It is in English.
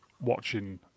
watching